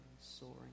soaring